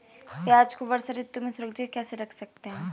प्याज़ को वर्षा ऋतु में सुरक्षित कैसे रख सकते हैं?